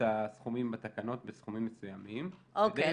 הסכומים בתקנות בסכומים מסוימים -- אוקיי,